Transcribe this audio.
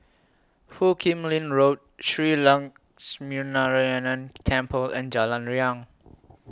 Foo Kim Lin Road Shree Lakshminarayanan Temple and Jalan Riang